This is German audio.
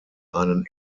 einen